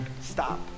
Stop